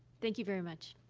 thank you very much.